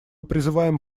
призываем